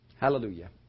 Hallelujah